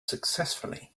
successfully